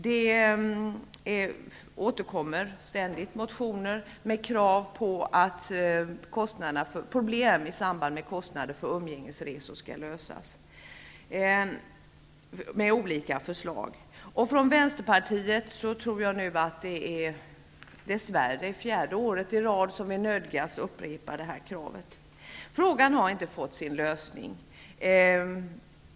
Det återkommer ständigt motioner med krav och förslag på hur problem i samband med kostnader för umgängesresor skall lösas. Från Vänsterpartiet tror jag att det dessvärre är fjärde året vi nödgas upprepa det här kravet. Frågan har inte fått sin lösning.